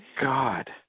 God